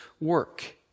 work